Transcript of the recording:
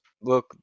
Look